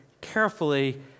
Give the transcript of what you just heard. carefully